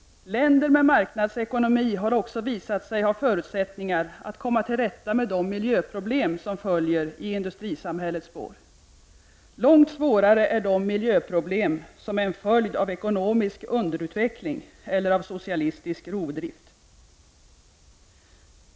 Länder med marknadsekonomi har också visat sig ha förutsättningar att komma till rätta med de miljöproblem som följer i industrisamhällets spår. Långt svårare är de miljöproblem som är en följd av ekonomisk underutveckling eller av socialistisk rovdrift.